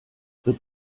wird